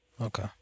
Okay